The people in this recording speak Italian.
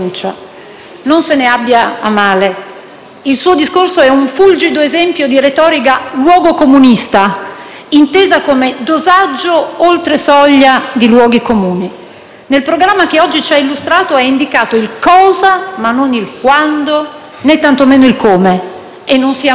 Non se ne abbia a male. Il suo discorso è un fulgido esempio di retorica luogocomunista, intesa come dosaggio oltre soglia di luoghi comuni. Nel programma che oggi ci ha illustrato è indicato il cosa ma non il quando, tantomeno il come; e non sia mai